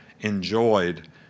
enjoyed